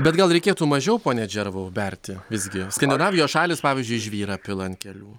bet gal reikėtų mažiau pone džervau berti visgi skandinavijos šalys pavyzdžiui žvyrą pila ant kelių